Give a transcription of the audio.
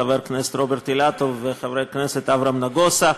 חבר הכנסת רוברט אילטוב וחבר הכנסת אברהם נגוסה.